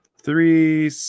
three